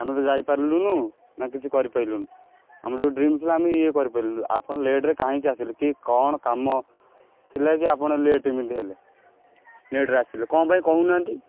ଆମେ ତ ଯାଇ ପାରିଲୁନୁ ନା କିଛି କରିପାରିଲୁନୁ ଆମର ଯେଉଁ ଡ୍ରିମ୍ ଥିଲା ଆମେ ଇଏ କରିପାରିଲୁ ଆପଣ ଲେଟ୍ରେ କାହିଁକି ଆସିଲେ କି କ'ଣ କାମ ଥିଲା କି ଆପଣ ଲେଟ୍ ଏମିତି ହେଲେ ଲେଟ୍ରେ ଆସିଲେ କ'ଣ ପାଇଁ କହୁନାହାନ୍ତି